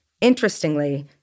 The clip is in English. Interestingly